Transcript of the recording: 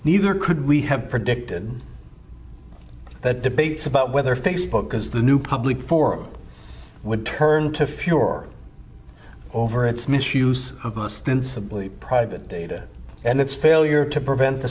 neither could we have predicted that debates about whether facebook is the new public forum would turn to furor over its misuse of ostensibly private data and its failure to prevent the